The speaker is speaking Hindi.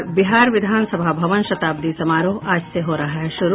और बिहार विधानसभा भवन शताब्दी समारोह आज से हो रहा है शुरू